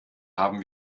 haben